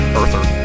earther